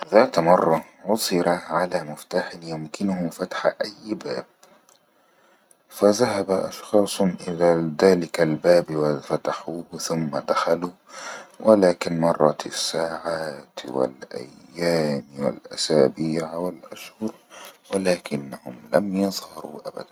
ذات مرة سات مرة عصر على مفتاح يمكنه فتح أي باب فزهب أشخاص إلى ذلك الباب وفتحوه سم دخلوا ولكن مرة الساعات والأيام والأسابيع والأشهر ولكنهم لم يظهروا أبدا